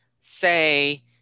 say